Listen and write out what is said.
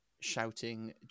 shouting